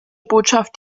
botschaft